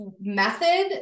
method